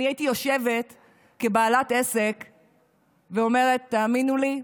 אני הייתי יושבת כבעלת עסק ואומרת: תאמינו לי,